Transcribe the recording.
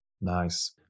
Nice